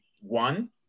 one